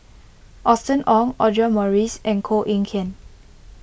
Austen Ong Audra Morrice and Koh Eng Kian